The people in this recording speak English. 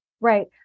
Right